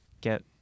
get